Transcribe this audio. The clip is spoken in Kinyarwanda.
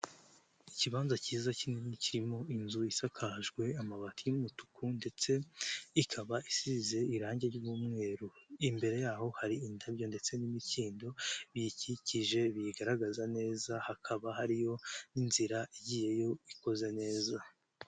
Ikibanza cyiza kinini kirimo inzu isakajwe amabati y'umutuku ndetse ikaba isize irangi ry'umweru, imbere yaho hari indabyo ndetse n'imikindo biyikikije biyigaragaza neza, hakaba hariyo n'inzira igiyeyo ikoze neza.